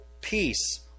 peace